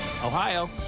Ohio